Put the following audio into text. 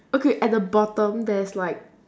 okay at the bottom there's like